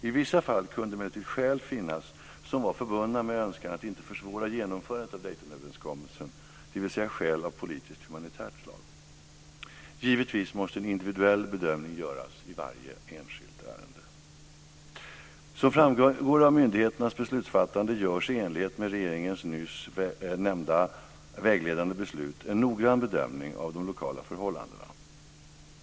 I vissa fall kunde emellertid skäl finnas som var förbundna med önskan att inte försvåra genomförandet av Daytonöverenskommelsen, dvs. skäl av politiskt-humanitärt slag. Givetvis måste en individuell bedömning göras i varje enskilt ärende. Som framgår av myndigheternas beslutsfattande görs, i enlighet med regeringens nyss nämnda vägledande beslut, en noggrann bedömning av de lokala förhållandena.